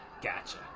Gotcha